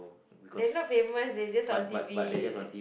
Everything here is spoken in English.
they are not famous they just on T_V